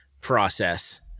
process